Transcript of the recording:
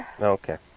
Okay